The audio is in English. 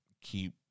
keep